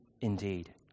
indeed